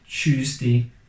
Tuesday